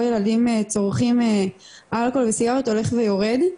ילדים צורכים אלכוהול וסיגריות הולך ויורד.